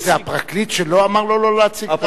הפרקליט שלו אמר לו לא להציג?